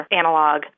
analog